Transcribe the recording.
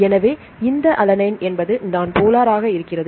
எனவே இந்த அலனைன் என்பது நான் போலார் ஆக இருக்கிறது